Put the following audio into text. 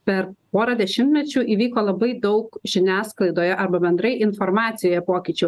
per porą dešimtmečių įvyko labai daug žiniasklaidoje arba bendrai informacijoje pokyčių